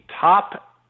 top